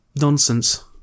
Nonsense